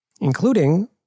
including